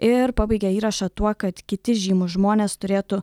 ir pabaigia įrašą tuo kad kiti žymūs žmonės turėtų